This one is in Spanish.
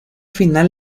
final